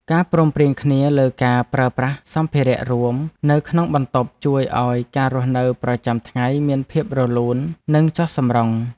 ការព្រមព្រៀងគ្នាលើការប្រើប្រាស់សម្ភារៈរួមនៅក្នុងបន្ទប់ជួយឱ្យការរស់នៅប្រចាំថ្ងៃមានភាពរលូននិងចុះសម្រុង។